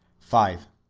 five.